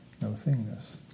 no-thingness